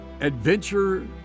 adventure